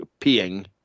Peeing